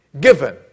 given